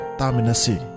taminasi